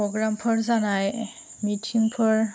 प्रग्रामफोर जानाय मिथिंफोर